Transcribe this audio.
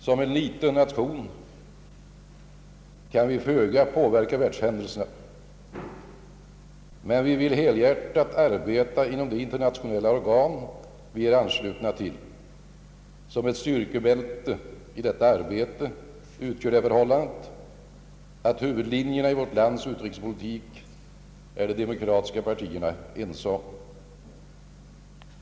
Som en liten nation kan vi föga påverka världshändelserna, men vi vill helhjärtat arbeta inom de internationella organ som vi är anslutna till. Ett styrkebälte i detta arbete utgör det förhållandet att de demokratiska partierna är ense om huvudlinjerna i vårt lands utrikespolitik.